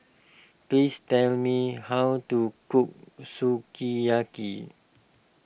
please tell me how to cook Sukiyaki